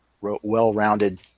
well-rounded